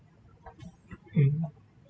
mm